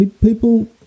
people